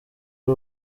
ari